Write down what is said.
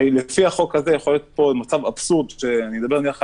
לפי החוק הזה יכול להיות מצב אבסורד שבו